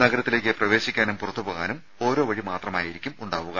നഗരത്തിലേക്ക് പ്രവേശിക്കാനും പുറത്തുപോകാനും ഓരോ വഴി മാത്രമായിരിക്കും ഉണ്ടാവുക